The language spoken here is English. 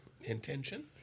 intention